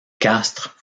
castres